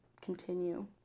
continue